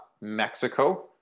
Mexico